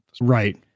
Right